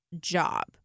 job